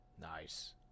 Nice